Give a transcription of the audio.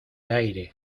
aire